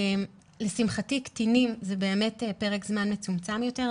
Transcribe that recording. לשמחתי קטינים זה באמת פרק זמן מצומצם יותר,